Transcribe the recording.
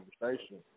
conversation